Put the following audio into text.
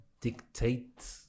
dictate